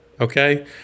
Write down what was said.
Okay